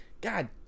God